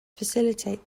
facilitate